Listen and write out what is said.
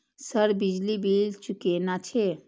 Sir बिजली bill चूकेना छे?